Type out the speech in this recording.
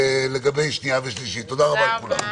תודה רבה.